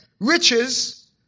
riches